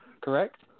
correct